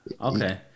Okay